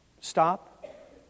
stop